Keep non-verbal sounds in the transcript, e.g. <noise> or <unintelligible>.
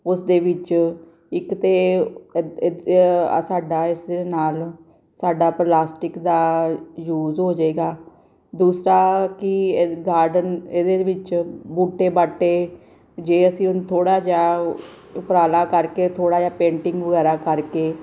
ਉਸਦੇ ਵਿੱਚ ਇੱਕ ਤਾਂ <unintelligible> ਸਾਡਾ ਇਸਦੇ ਨਾਲ ਸਾਡਾ ਪਲਾਸਟਿਕ ਦਾ ਯੂਜ ਹੋ ਜਾਵੇਗਾ ਦੂਸਰਾ ਕਿ ਇਹ ਗਾਰਡਨ ਇਹਦੇ ਵਿੱਚ ਬੂਟੇ ਬਾਟੇ ਜੇ ਅਸੀਂ ਉਨ ਥੋੜਾ ਜਿਹਾ ਉਪਰਾਲਾ ਕਰਕੇ ਥੋੜ੍ਹਾ ਜਿਹਾ ਪੇਂਟਿੰਗ ਵਗੈਰਾ ਕਰਕੇ